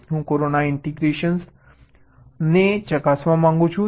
હું corona integration ને ચકાસવા માંગુ છું